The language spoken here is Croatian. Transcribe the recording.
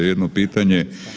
Jedno pitanje.